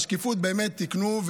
את השקיפות באמת תיקנו,